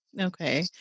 okay